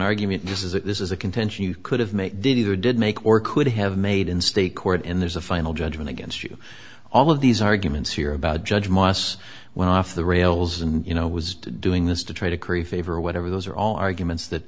argument this is a this is a contention you could have made did or did make or could have made in state court and there's a final judgment against you all of these arguments here about judge my ass went off the rails and you know was doing this to try to create favor or whatever those are all arguments that